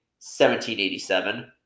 1787